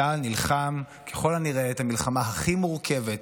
צה"ל נלחם ככל הנראה את המלחמה הכי מורכבת